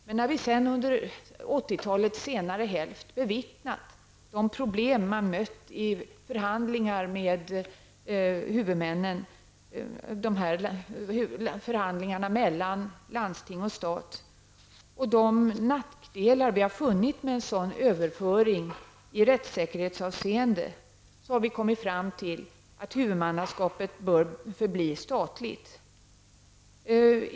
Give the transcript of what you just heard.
Men när vi sedan under 80-talets senare hälft bevittnade de problem man mötte i förhandlingarna mellan landsting och stat och de nackdelar i rättssäkerhetsavseende som vi har funnit med en sådan överföring har vi kommit fram till att huvudmannaskapet bör förbli statligt.